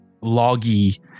loggy